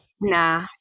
nah